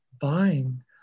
buying